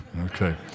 Okay